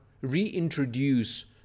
reintroduce